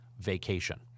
Vacation